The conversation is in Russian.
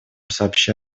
сообща